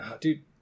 dude